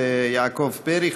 יעקב פרי,